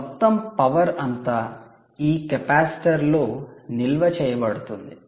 మొత్తం పవర్ అంతా ఈ కెపాసిటర్ లో నిల్వ చేయబడుతుంది